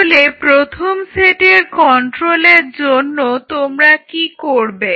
তাহলে প্রথম সেটের কন্ট্রোলের জন্য তোমরা কি করবে